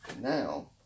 Now